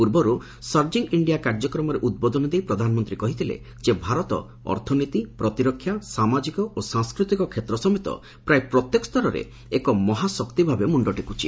ପୂର୍ବରୁ surging India କାର୍ଯ୍ୟକ୍ରମରେ ଉଦ୍ବୋଦନ ଦେଇ ପ୍ରଧାନମନ୍ତ୍ରୀ କହିଥିଲେ ଯେ ଭାରତ ଅର୍ଥନୀତି ପ୍ରତିରକ୍ଷା ସାମାଜିକ ଓ ସାଂସ୍କୃତିକ କ୍ଷେତ୍ ସମେତ ପ୍ରାୟ ପ୍ରତ୍ୟେକ ସ୍ତରରେ ଏକ ମହାଶକ୍ତି ଭାବେ ମୁଣ୍ଡ ଟେକୁଛି